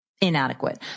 inadequate